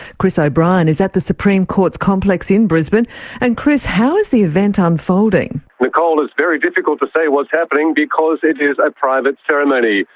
chris o'brien is at the supreme court's complex in brisbane and, chris, how is the event ah unfolding? nicole, it's very difficult to say what's happening because it is a private ceremony.